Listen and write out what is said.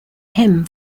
him